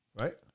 Right